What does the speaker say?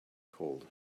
cold